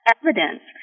evidence